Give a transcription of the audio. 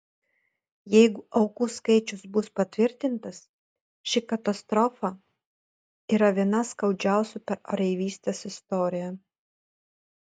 jeigu aukų skaičius bus patvirtintas ši katastrofa yra viena skaudžiausių per oreivystės istoriją